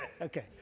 Okay